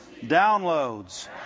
downloads